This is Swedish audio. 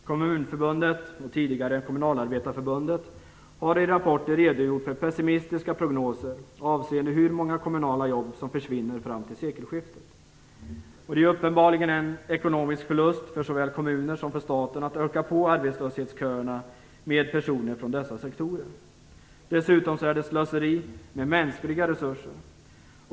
Kommunförbundet, och tidigare Kommunalarbetarförbundet, har i rapporter redogjort för pessimistiska prognoser avseende hur många kommunala jobb som försvinner fram till sekelskiftet. Det är uppenbarligen en ekonomisk förlust för såväl kommunerna som staten att öka på arbetslöshetsköerna med personer från dessa sektorer. Dessutom är det ett slöseri med mänskliga resurser.